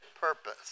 purpose